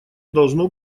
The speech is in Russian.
должно